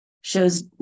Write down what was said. shows